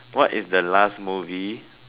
what is the last movie